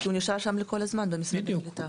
כי הוא נשאר שם כל הזמן במשרד הקליטה.